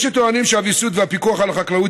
יש שטוענים שהוויסות והפיקוח על החקלאות